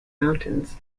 mountains